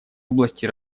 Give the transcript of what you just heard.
области